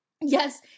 Yes